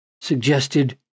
suggested